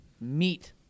meet